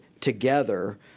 together